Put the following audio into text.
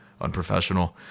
unprofessional